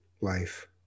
life